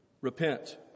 Repent